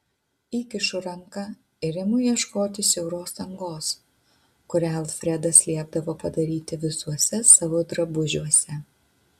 įkišu ranką ir imu ieškoti siauros angos kurią alfredas liepdavo padaryti visuose savo drabužiuose